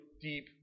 deep